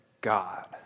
God